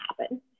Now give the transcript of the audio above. happen